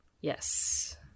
Yes